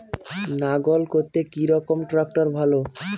লাঙ্গল করতে কি রকম ট্রাকটার ভালো?